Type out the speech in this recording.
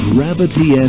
Gravity